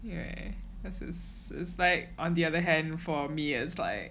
yeah that's is is like on the other hand for me is like